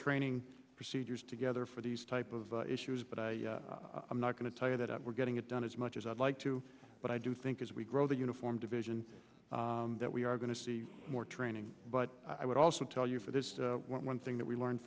training procedures together for these type of issues but i'm not going to tell you that we're getting it done as much as i'd like to but i do think as we grow the uniformed division that we are going to see more training but i would also tell you for this one thing that we learn